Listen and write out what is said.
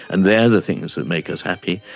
and they are the things that make us happy,